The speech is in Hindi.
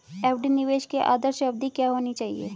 एफ.डी निवेश की आदर्श अवधि क्या होनी चाहिए?